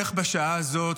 בערך בשעה הזו,